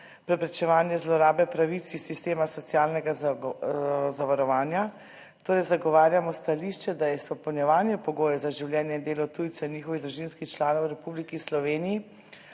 preprečevanje zlorabe pravic iz sistema socialnega zavarovanja, torej zagovarjamo stališče, da je izpolnjevanje pogojev za življenje in delo tujcev in njihovih družinskih članov v Republiki Sloveniji